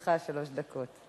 לרשותך שלוש דקות.